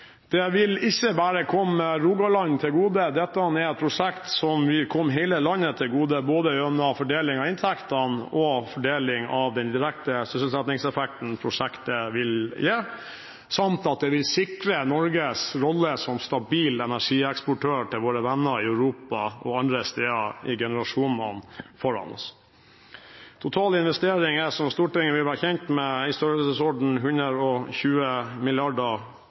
Det vil ikke bare komme Rogaland til gode. Dette er et prosjekt som vil komme hele landet til gode, gjennom både fordeling av inntekter og fordeling av den direkte sysselsettingseffekten prosjektet vil gi, samt at det vil sikre Norges rolle som stabil energieksportør til våre venner i Europa og andre steder i generasjoner foran oss. Totalinvesteringen er, som Stortinget vil være kjent med, i størrelsesorden 120